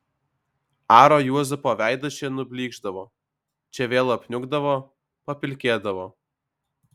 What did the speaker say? aro juozapo veidas čia nublykšdavo čia vėl apniukdavo papilkėdavo